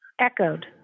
echoed